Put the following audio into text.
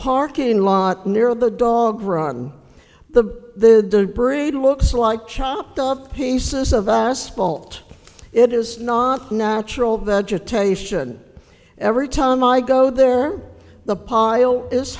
parking lot near the dog or on the bridge it looks like chopped up pieces of asphalt it is not natural vegetation every time i go there the pile is